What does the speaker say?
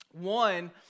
One